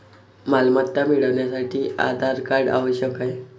मालमत्ता मिळवण्यासाठी आधार कार्ड आवश्यक आहे